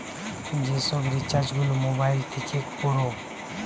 যে সব রিচার্জ গুলা মোবাইল থিকে কোরে